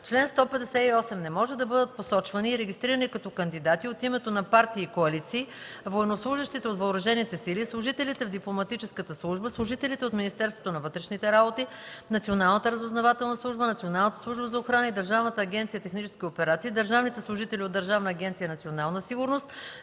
Чл. 158. Не може да бъдат посочвани и регистрирани като кандидати от името на партии и коалиции военнослужещите от въоръжените сили, служителите в дипломатическата служба, служителите от Министерството на вътрешните работи, Националната разузнавателна служба, Националната служба за охрана и Държавната агенция „Технически операции”, държавните служители от Държавна агенция „Национална сигурност”,